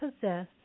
possess